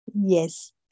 yes